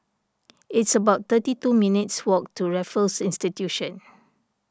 it's about thirty two minutes' walk to Raffles Institution